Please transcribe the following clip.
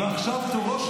אם ראש הממשלה